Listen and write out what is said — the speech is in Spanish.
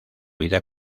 vida